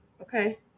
Okay